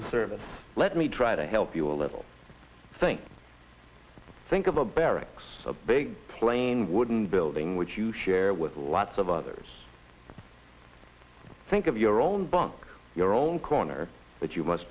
the service let me try to help you a little i think i think of a barracks a big plain wooden building which you share with lots of others think of your own bunk your own corner but you must